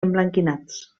emblanquinats